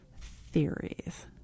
theories